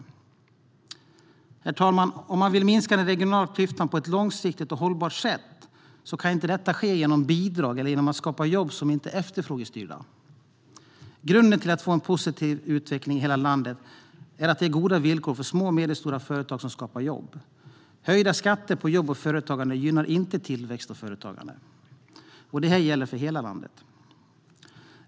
Herr talman! Om man vill minska den regionala klyftan på ett långsiktigt och hållbart sätt kan detta inte ske genom bidrag eller genom att skapa jobb som inte är efterfrågestyrda. Grunden till att få en positiv utveckling i hela landet är att det är goda villkor för små och medelstora företag som skapar jobb. Höjda skatter på jobb och företagande gynnar inte tillväxt och företagande, och det gäller för hela landet.